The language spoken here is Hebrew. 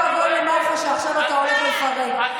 אוי ואבוי למח"ש שעכשיו אתה הולך לפרק.